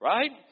Right